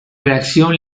reacción